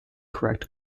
correct